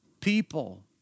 people